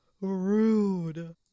rude